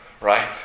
right